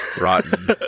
Rotten